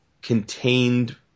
contained